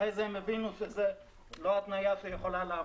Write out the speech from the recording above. אחר כך הם הבינו שזאת לא התניה שיכולה לעמוד.